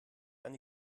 eine